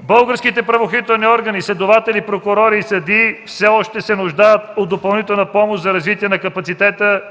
„Българските правоохранителни органи – следователи, прокурори, съдии, все още се нуждаят от допълнителна помощ за развитие на капацитета